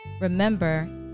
Remember